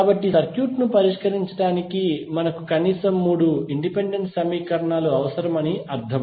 కాబట్టి సర్క్యూట్ ను పరిష్కరించడానికి మనకు కనీసం మూడు ఇండిపెండెంట్ సమీకరణాలు అవసరమని అర్థం